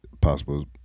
possible